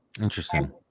Interesting